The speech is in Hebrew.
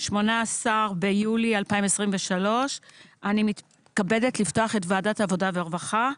18 ביולי 2023. אני מתכבדת לפתוח את ועדת העבודה והרווחה,